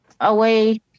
away